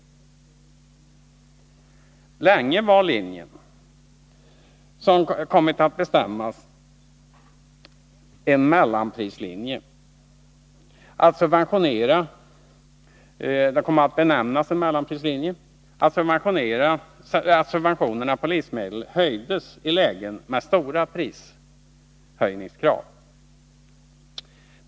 Länge var linjen — som kommit att benämnas en mellanprislinje — att subventionerna på livsmedel höjdes i lägen med stora prishöjningskrav.